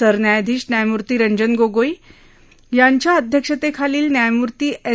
सरन्यायाधीश न्यायमूर्ती रंजन गोगोई यांच्या अध्यक्षतेखालील न्यायमूर्ती एस